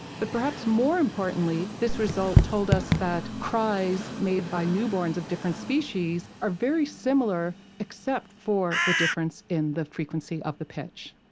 but perhaps more importantly, this result told us that cries made by newborns of different species are very similar except for the difference in the frequency of the pitch